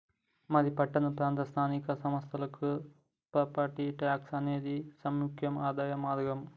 మరి పట్టణ ప్రాంత స్థానిక సంస్థలకి ప్రాపట్టి ట్యాక్స్ అనేది ముక్యమైన ఆదాయ మార్గం